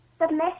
submit